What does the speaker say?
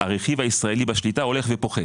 הרכיב הישראלי בשליטה הולך ופוחת.